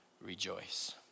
rejoice